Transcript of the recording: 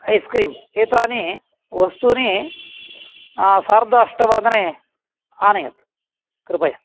ice cream एतानि वस्तूनि सार्ध अष्टवादने आनय कृपया